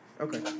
Okay